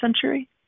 century